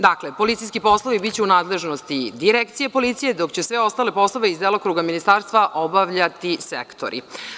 Dakle, policijski poslovi biće u nadležnosti direkcije policije, dok će sve ostale poslove iz delokruga Ministarstva obavljati sektori.